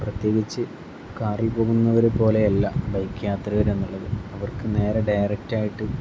പ്രത്യേകിച്ച് കാറിൽ പോകുന്നവരെ പോലെയല്ല ബൈക്ക് യാത്രികർ എന്നുള്ളത് അവർക്ക് നേരെ ഡയറക്റ്റായിട്ട്